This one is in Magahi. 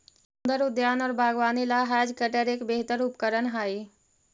सुन्दर उद्यान और बागवानी ला हैज कटर एक बेहतर उपकरण हाई